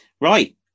right